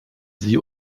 sie